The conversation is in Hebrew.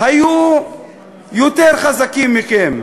היו יותר חזקים מכם.